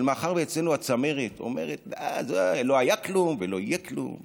אבל מאחר שאצלנו הצמרת אומרת: לא היה כלום ולא יהיה כלום,